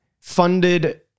Funded